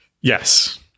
Yes